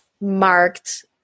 marked